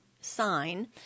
sign